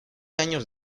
años